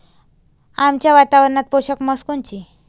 आमच्या वातावरनात पोषक म्हस कोनची?